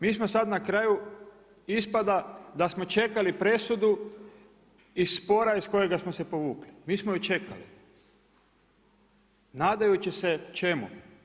Mi smo sada na kraju ispada da smo čekali presudu iz spora iz kojega smo se povukli, mi smo ju čekali nadajući se čemu?